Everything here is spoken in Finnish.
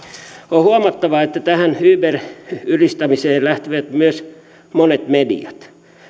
on huomattava että tähän uber ylistämiseen lähtivät myös monet mediat